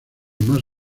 más